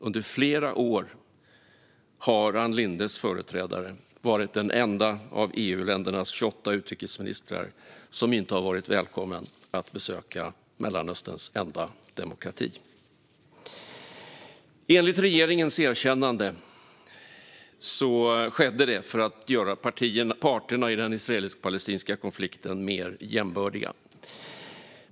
Under flera år har Ann Lindes företrädare varit den enda av EU-ländernas 28 utrikesministrar som inte varit välkommen att besöka Mellanösterns enda demokrati. Enligt regeringen skedde erkännandet för att göra partierna i den israelisk-palestinska konflikten mer jämbördiga.